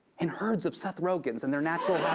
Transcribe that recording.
and herds of seth rogens in their natural